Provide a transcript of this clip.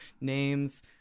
names